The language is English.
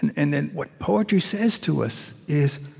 and and and what poetry says to us is,